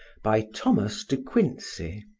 by thomas de quincey